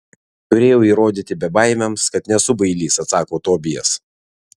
turėjau įrodyti bebaimiams kad nesu bailys atsako tobijas